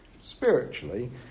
Spiritually